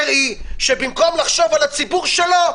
במקום לחשוב על הציבור שלו,